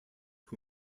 who